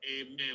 amen